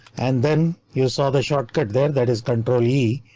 and then you saw the shortcut there. that is control e.